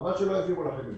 חבל שלא העבירו לכם.